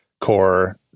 core